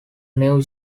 new